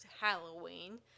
halloween